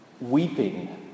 weeping